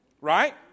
Right